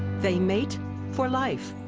they mate for life.